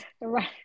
right